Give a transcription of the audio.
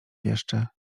jeszcze